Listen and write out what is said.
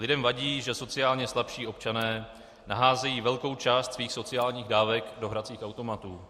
Lidem vadí, že sociálně slabší občané naházejí velkou část svých sociálních dávek do hracích automatů.